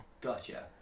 Gotcha